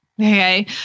okay